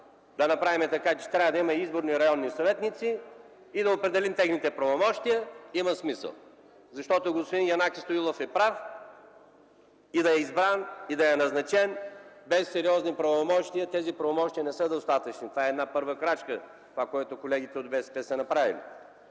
да направим така, че да има изборни районни съветници и да определим техните правомощия, има смисъл. Господин Янаки Стоилов е прав. И да е избран, и да е назначен, без сериозни правомощия, тези правомощия не са достатъчни. Това, което колегите от БСП са направили,